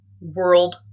world